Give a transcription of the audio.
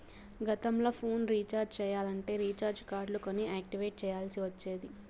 గతంల phone recharge చెయ్యాలంటే recharge కార్డులు కొని యాక్టివేట్ చెయ్యాల్ల్సి ఒచ్చేది